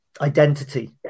identity